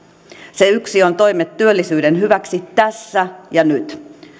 se yksi on toimet työllisyyden hyväksi tässä ja nyt